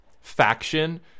faction